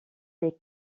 les